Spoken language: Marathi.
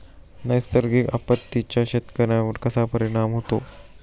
नैसर्गिक आपत्तींचा शेतकऱ्यांवर कसा परिणाम होतो?